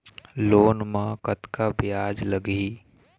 Loan म कतका ब्याज लगही?